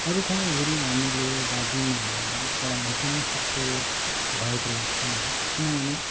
अरू ठाउँ हेरी हामीले दार्जिलिङमा हेऱ्यो भने पढाई निकै नै सस्तो भएको लाग्छ मलाई किनभने